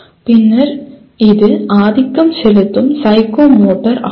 பின்னர் இது ஆதிக்கம் செலுத்தும் சைக்கோமோட்டர் ஆகும்